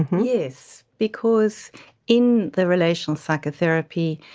yes, because in the relational psychotherapy,